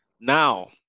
now